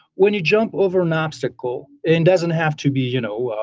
when you jump over an obstacle, it and doesn't have to be you know,